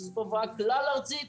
שהיא תופעה כלל ארצית,